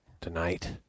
tonight